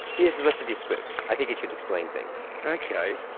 here's the rest of your script. i think it should explain things. okay.